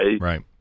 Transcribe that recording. right